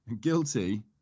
guilty